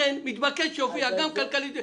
לכן מתבקש שיופיע גם כלכלית ותפעולית.